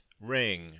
ring